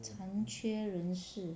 残缺人士